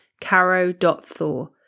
caro.thor